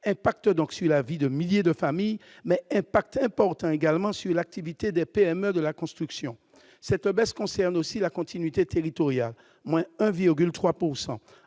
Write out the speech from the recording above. donc sur la vie de milliers de familles mais impact important également sur l'activité des PME de la construction, cette baisse concerne aussi la continuité territoriale, moins 1,3